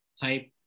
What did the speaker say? type